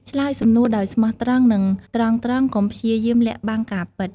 ឆ្លើយសំណួរដោយស្មោះត្រង់ និងត្រង់ៗកុំព្យាយាមលាក់បាំងការពិត។